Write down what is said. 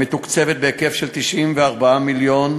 המתוקצבת בהיקף של 94 מיליון,